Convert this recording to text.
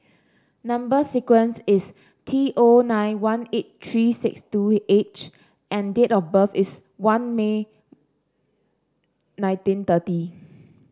number sequence is T O nine one eight three six two H and date of birth is one May nineteen thirty